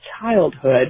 childhood